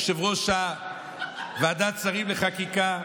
יושב-ראש ועדת השרים לחקיקה,